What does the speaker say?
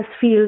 feel